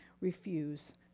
refuse